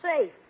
safe